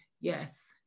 yes